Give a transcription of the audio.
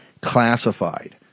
classified